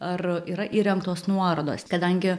ar yra įrengtos nuorodos kadangi